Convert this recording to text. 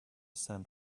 sand